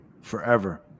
forever